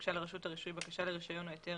הוגשה לרשות הרישוי בקשה לרישיון או היתר